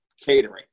catering